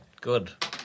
Good